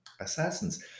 assassins